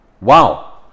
Wow